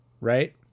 right